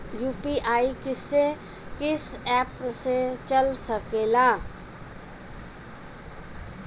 UPI किस्से कीस app से चल सकेला?